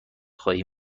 خواهی